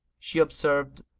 she observed,